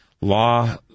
law